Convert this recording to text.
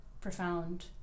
profound